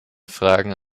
fragen